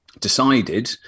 decided